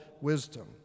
wisdom